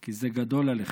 כי זה גדול עליכם.